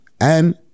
And-